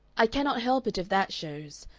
i cannot help it if that shows.